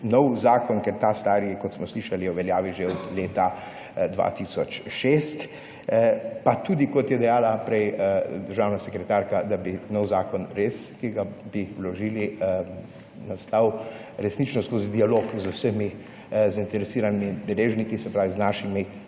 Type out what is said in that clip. nov zakon, ker ta stari, kot smo slišali, je v veljavi že od leta 2006. Pa tudi, kot je dejala prej državna sekretarka, da bi nov zakon, ki ga bi vložili, res nastal skozi dialog z vsemi zainteresiranimi deležniki, se pravi z našimi